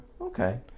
Okay